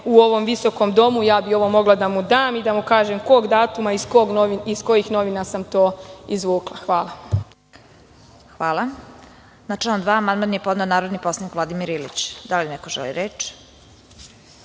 u ovom visokom domu, ja bih ovo mogla da mu dam i da mu kažem kog datuma i iz kojih novina sam to izvukla. Hvala. **Vesna Kovač** Hvala. Na član 2. amandman je podneo narodni poslanik Vladimir Ilić. Da li neko želi reč?